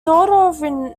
daughter